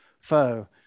foe